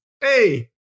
Hey